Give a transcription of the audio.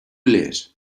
late